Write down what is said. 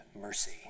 mercy